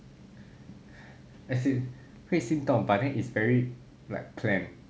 as in 会心动 but then is very like planned